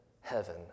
heaven